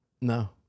No